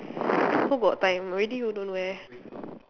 who got time already you don't wear